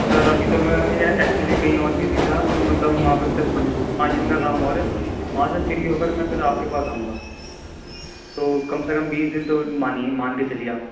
سر ابھی تو میں ایکچولی کہیں اور بزی تھا تو مطلب وہاں پہ دس پانچ دن کا کام اور ہے وہاں سے فری ہو کر میں پھر آپ کے پاس آؤں گا تو کم سے کم بیس دن تو مانیے مان کے چلیے آپ